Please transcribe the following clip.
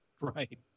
Right